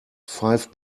five